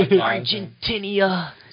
Argentina